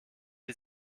die